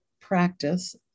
practice